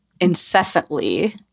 incessantly